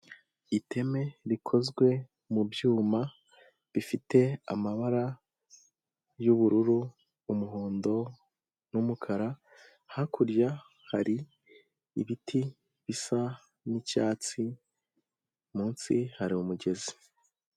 Iteme rikozwe mu byuma bifite amabara y'ubururu, umuhondo n'umukara, hakurya hari ibiti bisa n'icyatsi munsi hari umugezi.